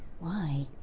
why?